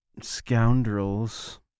scoundrels